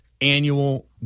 annual